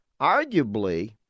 arguably